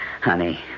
Honey